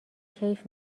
کیف